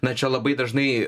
na čia labai dažnai